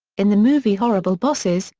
in the movie horrible bosses,